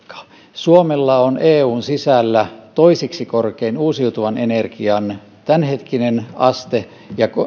suomella on eun sisällä toiseksi korkein tämänhetkinen uusiutuvan energian aste ja